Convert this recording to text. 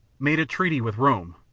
made a treaty with rome,